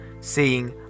seeing